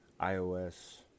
iOS